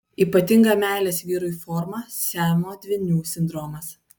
ypatinga meilės vyrui forma siamo dvynių sindromas